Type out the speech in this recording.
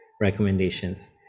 recommendations